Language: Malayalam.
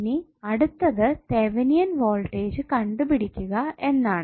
ഇനി അടുത്തത് തെവെനിൻ വോൾടേജ് കണ്ടുപിടിക്കുക എന്നാണ്